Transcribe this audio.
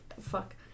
Fuck